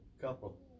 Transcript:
couple